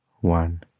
one